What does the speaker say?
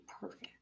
perfect